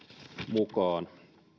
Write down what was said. mukaan